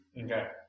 Okay